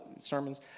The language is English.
sermons